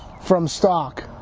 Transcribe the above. from stock.